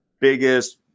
biggest